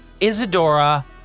Isadora